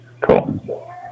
cool